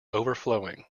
overflowing